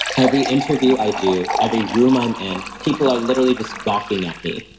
every interview i do, every room i'm in. people are literally just gawking at me.